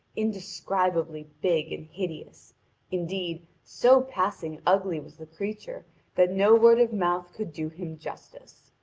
indescribably big and hideous indeed, so passing ugly was the creature that no word of mouth could do him justice.